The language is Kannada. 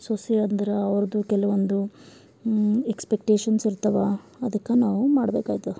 ಸೊಸೆ ಅಂದ್ರೆ ಅವ್ರದ್ದು ಕೆಲವೊಂದು ಎಕ್ಸ್ಪೆಕ್ಟೇಶನ್ಸ್ ಇರ್ತವ ಅದಕ್ಕೆ ನಾವು ಮಾಡಬೇಕಾಯ್ತು